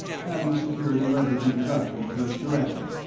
having secured a letter of introduction to its director,